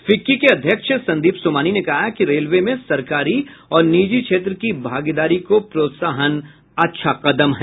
FICCI के अध्यक्ष संदीप सोमानी ने कहा कि रेलवे में सरकारी और निजी क्षेत्र की भागीदारी को प्रोत्साहन अच्छा कदम है